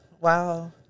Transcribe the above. wow